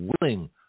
willing